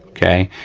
okay,